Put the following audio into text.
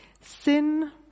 Sin